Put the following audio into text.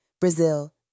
Brazil